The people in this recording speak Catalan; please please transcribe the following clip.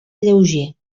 lleuger